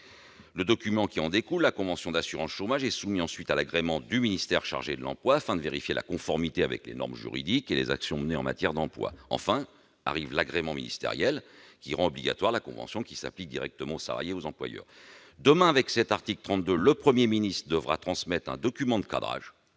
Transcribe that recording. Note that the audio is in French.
Le document qui en découle, la convention d'assurance chômage, est soumis ensuite à l'agrément du ministère chargé de l'emploi, afin de vérifier sa conformité avec les normes juridiques et les actions menées en matière d'emploi. Enfin, l'agrément ministériel rend obligatoire la convention, qui s'applique directement aux salariés et aux employeurs. Demain, avec cet article 32, le Premier ministre devra transmettre un document de cadrage